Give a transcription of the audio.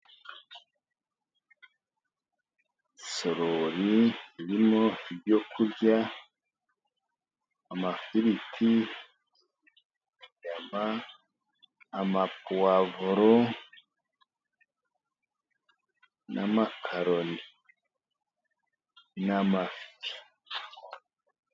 Isorori irimo ibyo kurya, amafiriti, inyama, amapowavuro na makaroni n'amafi.